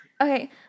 Okay